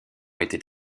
était